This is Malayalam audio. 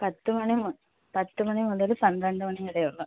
പത്ത് മണി മൊ പത്ത് മണി മുതൽ പന്ത്രണ്ട് മണി വരെയേ ഉള്ളൂ